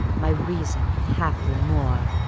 my reason haply more,